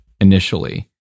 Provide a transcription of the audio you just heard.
initially